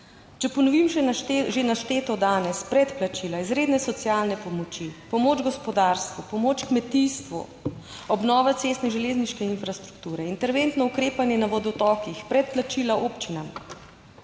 Če ponovim že našteto danes: predplačila izredne socialne pomoči, pomoč gospodarstvu, pomoč kmetijstvu, obnova cestne in železniške infrastrukture, interventno ukrepanje na vodotokih, predplačila občinam.